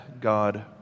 God